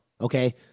Okay